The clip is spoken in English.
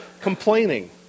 complaining